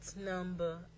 number